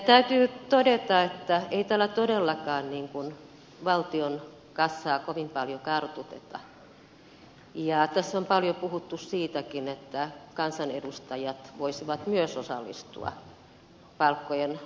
täytyy todeta että ei tällä todellakaan valtion kassaa kovin paljon kartuteta ja tässä on paljon puhuttu siitäkin että kansanedustajat voisivat myös osallistua palkkojen alentamiseen